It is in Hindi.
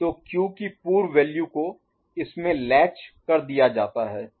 तो Q की पूर्व वैल्यू को इसमें लैच कर दिया जाता है